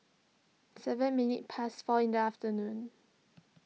seven minutes past four in the afternoon